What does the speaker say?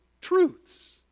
truths